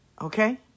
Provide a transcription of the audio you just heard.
Okay